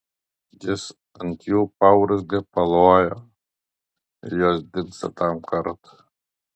jis ant jų paurzgia paloja ir jos dingsta tam kartui